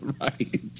Right